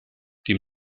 dem